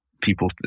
people